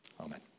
Amen